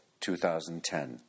2010